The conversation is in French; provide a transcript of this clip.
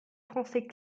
français